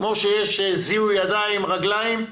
כמו שיש זיהוי ידיים, רגליים,